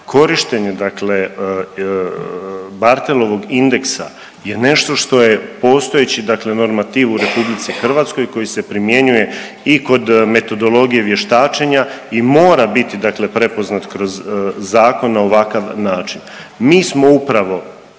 Korištenje dakle Barthelovog indeksa je nešto što je postojeći dakle normativ u RH koji se primjenjuje i kod metodologije vještačenja i mora biti dakle prepoznat kroz zakon na ovakav način. Mi smo upravo,